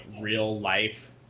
real-life